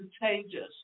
contagious